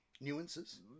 nuances